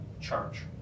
charge